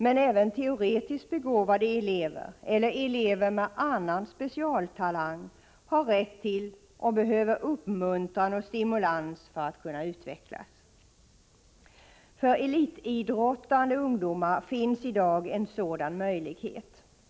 Men även teoretiskt begåvade elever eller elever med annan specialtalang har rätt till och behöver uppmuntran och stimulans för att kunna utvecklas. För elitidrottande ungdomar finns i dag en sådan möjlighet.